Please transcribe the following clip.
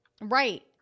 Right